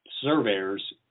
surveyors